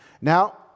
Now